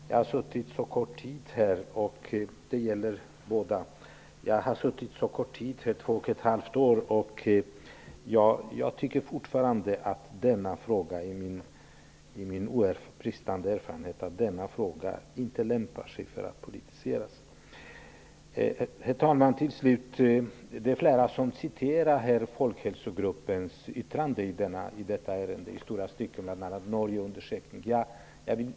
Herr talman! Detta gäller både Margareta Winberg och Elisabeth Fleetwood. Jag har suttit här bara två och ett halvt år, men jag tycker fortfarande, trots min bristande erfarenhet, att denna fråga inte lämpar sig för politisering. Herr talman! Till slut vill jag säga att flera har citerat långa stycken ur Folkhälsogruppens yttrande i detta ärende och även ur Norgeundersökningen.